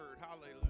hallelujah